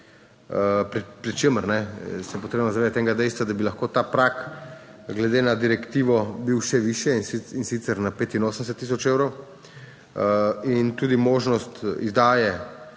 Pri čemer se je potrebno zavedati enega dejstva, da bi lahko ta prag glede na direktivo bil še višje, in sicer 85 tisoč evrov. In tudi možnost izdaje